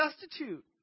destitute